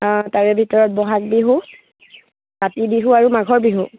অঁ তাৰে ভিতৰত বহাগ বিহু কাতি বিহু আৰু মাঘৰ বিহু